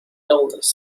illness